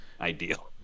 ideal